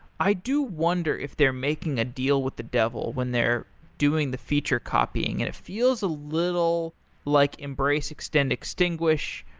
i do wonder if they're making a deal with the devil when they're doing the feature copying, and it feels a little like embrace, extend, extinguish.